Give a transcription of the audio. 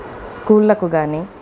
స్కూళ్ళకు కానీ